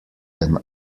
than